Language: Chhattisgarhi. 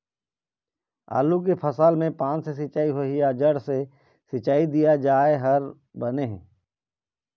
आलू फसल मे पान से सिचाई होही या जड़ से सिचाई दिया जाय हर बने हे?